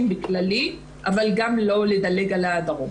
באופן כללי אבל גם לא לדלג על הדרום.